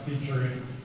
Featuring